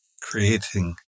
Creating